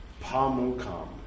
Pamukam